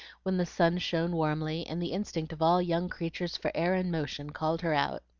when the sun shone warmly, and the instinct of all young creatures for air and motion called her out.